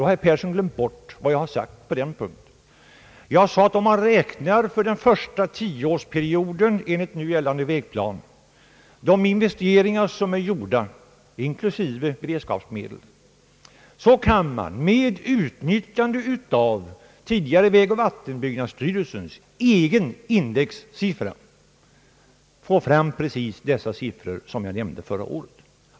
Herr Persson har glömt bort vad jag sade på den punkten, nämligen att om man räknar de investeringar som är gjorda inklusive beredskapsmedel för den första tioårsperioden enligt nu gällande vägplaner, får man med utnyttjande av vägoch vattenbyggnadsstyrelsens egen indexsiffra fram exakt de siffror jag nämnde förra året.